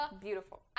beautiful